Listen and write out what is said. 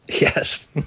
Yes